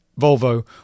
Volvo